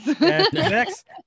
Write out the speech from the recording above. next